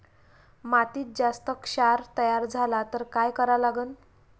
मातीत जास्त क्षार तयार झाला तर काय करा लागन?